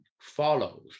follows